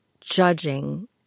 judging